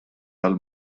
għal